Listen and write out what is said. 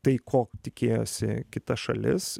tai ko tikėjosi kita šalis